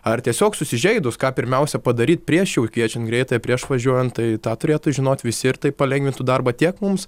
ar tiesiog susižeidus ką pirmiausia padaryt prieš jau kviečiant greitąją prieš važiuojant tai tą turėtų žinot visi ir tai palengvintų darbą tiek mums